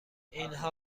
اینها